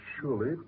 surely